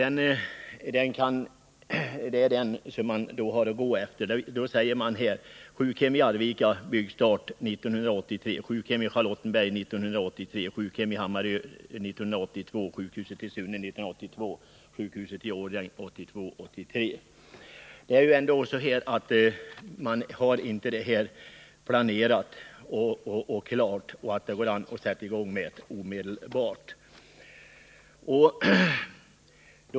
Det är alltså den som man har att gå efter, och där står det: Sjukhem i Arvika byggstart 1983, sjukhem i Charlottenberg byggstart 1983, sjukhem i Hammarö byggstart 1982, sjukhus i Sunne byggstart 1982, sjukhus i Årjäng byggstart 1982-1983. Man har alltså inte projekten planerade och klara, så att de kan sättas i gång omedelbart.